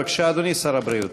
בבקשה, אדוני שר הבריאות.